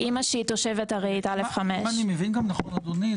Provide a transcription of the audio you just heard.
אם אני מבין נכון אדוני,